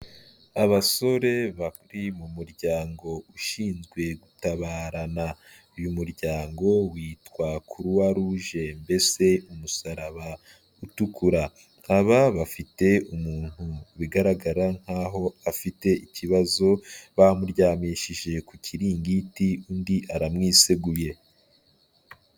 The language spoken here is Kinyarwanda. Abasore bari mu muryango ushinzwe gutabarana. Uyu muryango witwa Croix Rouge mbese umusaraba utukura. Aba bafite umuntu bigaragara ko afite ikibazo bamuryamishije ku kiringiti undi aramwiseguye.